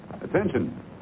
attention